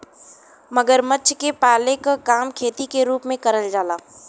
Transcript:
मगरमच्छ के पाले क काम खेती के रूप में करल जाला